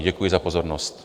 Děkuji za pozornost.